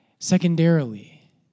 Secondarily